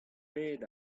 pet